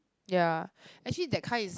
ya actually that kind is